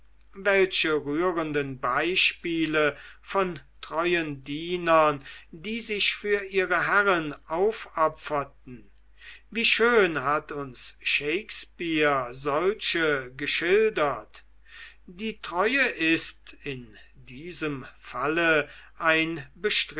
welche rührenden beispiele von treuen dienern die sich für ihre herren aufopferten wie schön hat uns shakespeare solche geschildert die treue ist in diesem falle ein